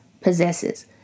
possesses